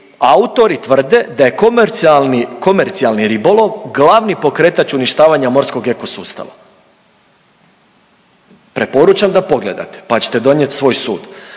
autori tvrde da je komercijalni, komercijalni ribolov glavni pokretač uništavanja morskog ekosustava, preporučam da pogledate, pa ćete donijet svoj sud.